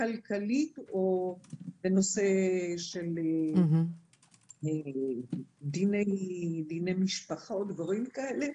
כלכלית או בנושא של דיני משפחה או דברים כאלה.